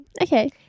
okay